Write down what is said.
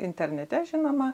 internete žinoma